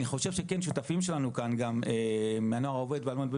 אני חושב ששותפים שלנו כאן הנוער העובד והלומד הם